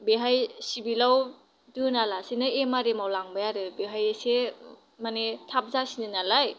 बेहाय सिबिलाव दोना लासेनो एमारेमाव लांबाय आरो बेवहाय एसे मानि थाब जासिनो नालाय